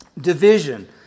Division